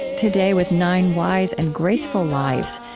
today, with nine wise and graceful lives,